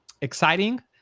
exciting